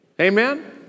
Amen